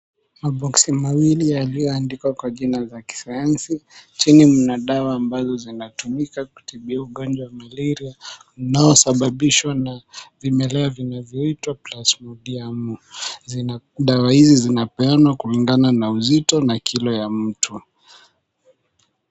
Maboksi mawili yaliyoandikwa kwa jina la kisayansi chini mna dawa ambazo zinatumika kutibia ugonjwa wa malaria unaosababishwa na vimelea vinavyoitwa plasmodium . Dawa hizi zinapeanwa kulingana na uzito na kilo ya mtu.